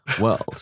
world